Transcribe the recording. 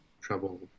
trouble